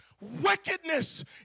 Wickedness